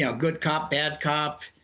yeah good cop bad cop,